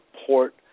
support